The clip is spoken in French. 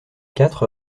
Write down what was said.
quatre